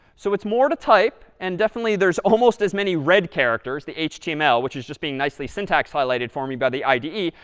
so it's more to type, and definitely there's almost as many red characters, the html, which is just being nicely syntax highlighted for me by the ide,